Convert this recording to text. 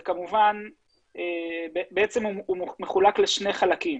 מחולק בעצם לשני חלקים.